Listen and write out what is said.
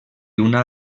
una